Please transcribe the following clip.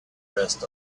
rest